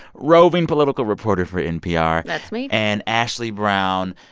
roving political reporter for npr. that's me. and ashley brown,